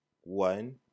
one